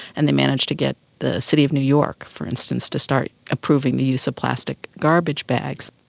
and they managed to get the city of new york, for instance, to start approving the use of plastic garbage bags.